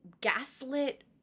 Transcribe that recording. gaslit